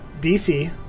DC